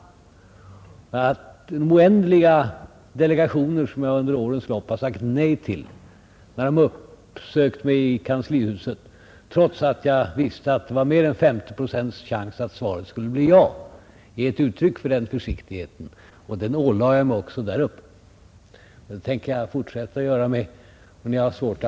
Jag har under årens lopp sagt nej till ett mycket stort antal delegationer, som har sökt upp mig i kanslihuset, trots att jag har vetat att det funnits mer än 50 procents chans att svaret skulle bli ja. Det är ett uttryck för den försiktigheten. Den ålade jag mig också uppe i norr, och jag tänker fortsätta med det.